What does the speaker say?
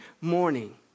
morning